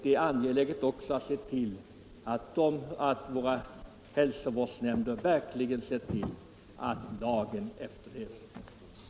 Det är angeläget att våra hälsovårdsnämnder ser till att lagen efterlevs.